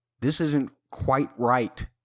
this-isn't-quite-right